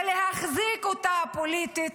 כדי להחזיק אותה פוליטית,